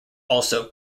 also